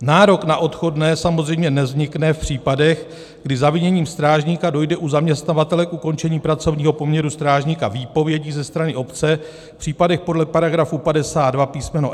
Nárok na odchodné samozřejmě nevznikne v případech, kdy zaviněním strážníka dojde u zaměstnavatele k ukončení pracovního poměru strážníka výpovědí ze strany obce v případech podle § 52 písm.